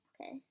okay